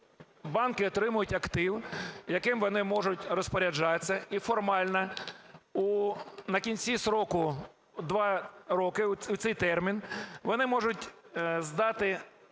банки отримують актив, яким вони можуть розпоряджатися, і формально на кінці строку – 2 роки, в цей термін, вони можуть здати